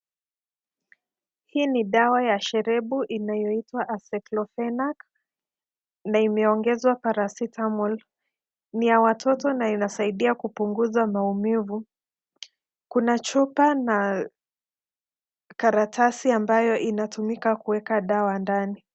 Hii ni dawa ya sherebu inayoitwa Aceclofenac, na imeongezwa Paracetamol. Ni ya watoto na inasaidia kupunguza maumivu. Kuna chupa na karatasi ambayo inatumika kueka dawa ndani.